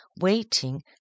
waiting